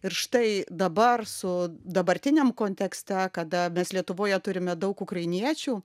ir štai dabar su dabartiniam kontekste kada mes lietuvoje turime daug ukrainiečių